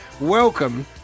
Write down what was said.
Welcome